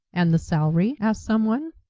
and the salary? asked someone.